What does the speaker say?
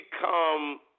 become